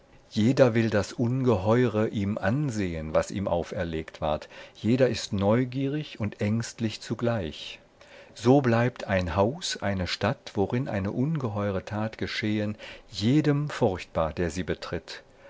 jeder will das ungeheure ihm ansehen was ihm auferlegt ward jeder ist neugierig und ängstlich zugleich so bleibt ein haus eine stadt worin eine ungeheure tat geschehen jedem furchtbar der sie betritt